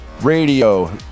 Radio